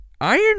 Iron